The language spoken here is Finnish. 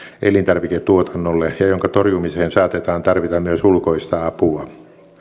elintarviketuotannolle ja jonka torjumiseen saatetaan tarvita myös ulkoista apua